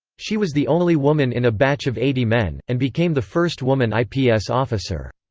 she was the only woman in a batch of eighty men, and became the first woman ips officer.